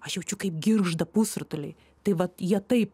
aš jaučiu kaip girgžda pusrutuliai tai vat jie taip